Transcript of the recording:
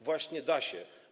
Właśnie da się.